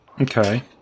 Okay